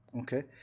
Okay